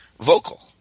vocal